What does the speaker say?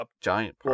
giant